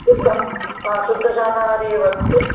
शुद्धः हा शुद्धशाकाहारी एव अस्ति